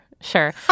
sure